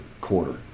quarter